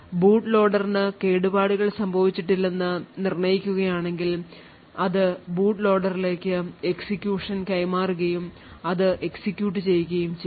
boot ലോഡറിന് കേടുപാടുകൾ സംഭവിച്ചിട്ടില്ലെന്ന് നിർണ്ണയിക്കുകയാണെങ്കിൽ അത് ബൂട്ട് ലോഡറിലേക്കു എക്സിക്യൂഷൻ കൈമാറുകയും അത് എക്സിക്യൂട്ട് ചെയ്യുകയും ചെയ്യും